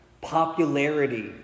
Popularity